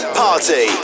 party